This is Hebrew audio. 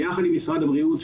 ביחד עם משרד הבריאות,